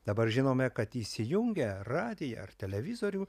dabar žinome kad įsijungę radiją ar televizorių